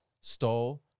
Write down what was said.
stole